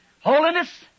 Holiness